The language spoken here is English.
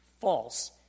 false